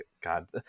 god